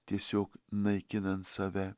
tiesiog naikinant save